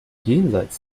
jenseits